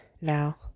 now